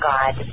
God